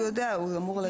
הוא יודע, הוא אמור לדעת.